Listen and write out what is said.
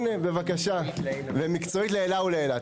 הנה, בבקשה, ומקצועית לעילא ולעילא.